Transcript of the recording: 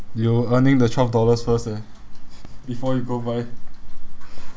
you earning the twelve dollars first eh before you go buy